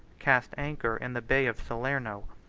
cast anchor in the bay of salerno,